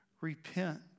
Repent